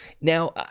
now